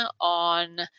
on